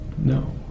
no